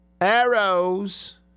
Arrows